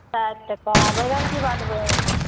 सओ टाका आओर बैगन की भाव देबय